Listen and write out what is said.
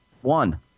one